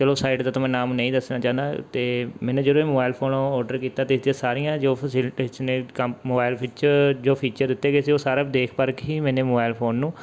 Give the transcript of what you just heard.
ਚਲੋ ਸਾਈਡ ਦਾ ਤਾਂ ਮੈਂ ਨਾਮ ਨਹੀਂ ਦੱਸਣਾ ਚਾਹੁੰਦਾ ਅਤੇ ਮੈਨੇ ਜਦੋਂ ਇਹ ਮੋਬਾਈਲ ਫੋਨ ਓਰਡਰ ਕੀਤਾ ਤਾਂ ਇਹ 'ਤੇ ਸਾਰੀਆਂ ਜੋ ਫਸਿਲਟੀਜ਼ ਨੇ ਕੰਪ ਮੋਬਾਈਲ ਵਿੱਚ ਜੋ ਫੀਚਰ ਦਿੱਤੇ ਗਏ ਸੀ ਉਹ ਸਾਰਾ ਦੇਖ ਪਰਖ ਹੀ ਮੈਨੇ ਮੋਬਾਇਲ ਫੋਨ ਨੂੰ